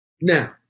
Now